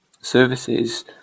services